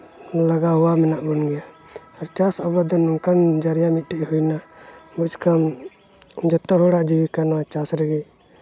ᱞᱟᱜᱟᱣᱟ ᱢᱮᱱᱟᱜ ᱵᱚᱱ ᱜᱮᱭᱟ ᱪᱟᱥ ᱟᱵᱟᱫ ᱫᱚ ᱱᱚᱝᱠᱟᱱ ᱡᱟᱨᱭᱟ ᱢᱤᱫᱴᱤᱡ ᱦᱩᱭᱱᱟ ᱵᱩᱡᱽ ᱠᱟᱢ ᱡᱚᱛᱚ ᱦᱚᱲᱟᱜ ᱡᱤᱵᱤᱠᱟᱱᱟ ᱪᱟᱥ ᱨᱮᱜᱮ